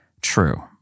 true